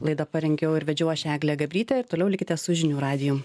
laidą parengiau ir vedžiau aš eglė gabrytė ir toliau likite su žinių radiju